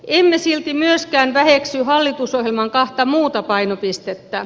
emme silti myöskään väheksy hallitusohjelman kahta muuta painopistettä